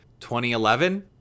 2011